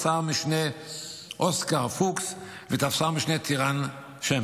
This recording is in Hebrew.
משנה אוסקר פוקס וטפסר משנה טיראן שמר,